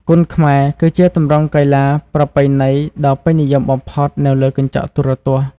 គុនខ្មែរ គឺជាទម្រង់កីឡាប្រពៃណីដ៏ពេញនិយមបំផុតនៅលើកញ្ចក់ទូរទស្សន៍។